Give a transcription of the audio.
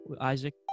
Isaac